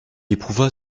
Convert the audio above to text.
éprouva